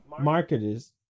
marketers